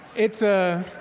it's a,